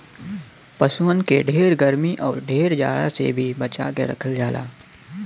पसुअन के ढेर गरमी आउर ढेर जाड़ा से भी बचा के रखल जाला